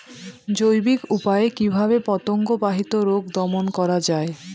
জৈবিক উপায়ে কিভাবে পতঙ্গ বাহিত রোগ দমন করা যায়?